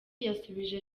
yasubije